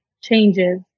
changes